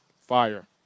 fire